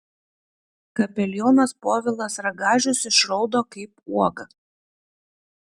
kapelionas povilas ragažius išraudo kaip uoga